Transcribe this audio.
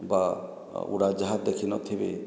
ବା ଉଡ଼ାଜାହାଜ ଦେଖିନଥିବେ